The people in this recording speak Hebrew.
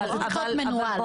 אבל זה צריך להיות מנוהל.